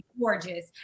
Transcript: gorgeous